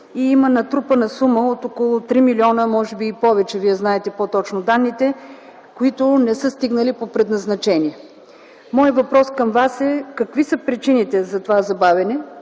има натрупана сума от около 3 милиона, а може би и повече, Вие знаете по-точно данните, които не са стигнали по предназначение. Моят въпрос към Вас е: какви са причините за това забавяне?